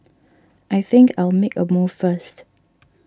I think I'll make a move first